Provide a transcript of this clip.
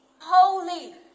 holy